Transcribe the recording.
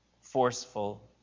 forceful